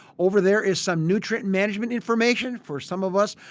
over there is some nutrient management information for some of us.